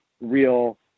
real